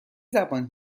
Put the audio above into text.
زبان